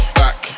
back